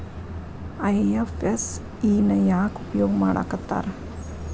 IFSC ನ ಯಾಕ್ ಉಪಯೊಗ್ ಮಾಡಾಕತ್ತಾರ?